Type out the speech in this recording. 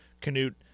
Canute